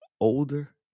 older